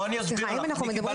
אז רגע בואי אני אסביר לך,